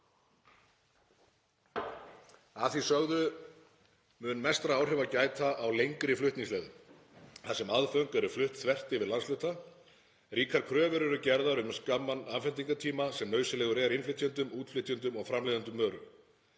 Að því sögðu mun mestra áhrifa gæta á lengri flutningsleiðum þar sem aðföng eru flutt þvert yfir landshluta. Ríkar kröfur eru gerðar um skamman afhendingartíma sem nauðsynlegur er innflytjendum, útflytjendum og framleiðendum vöru.